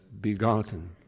begotten